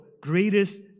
greatest